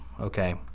okay